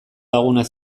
lagunak